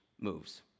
moves